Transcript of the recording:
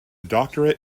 doctorate